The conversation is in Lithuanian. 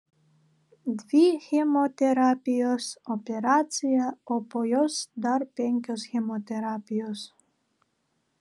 dvi chemoterapijos operacija o po jos dar penkios chemoterapijos